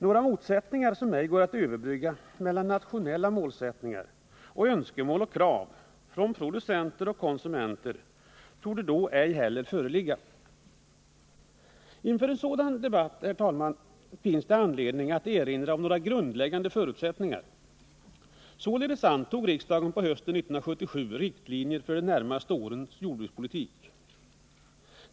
Några motsättningar som ej går att överbrygga mellan nationella målsättningar och önskemål och krav från producenter och konsumenter torde då ej heller föreligga. Inför en sådan debatt, herr talman, finns det anledning att erinra om några grundläggande förutsättningar. Således antog riksdagen på hösten 1977 riktlinjer för de närmaste årens jordbrukspolitik.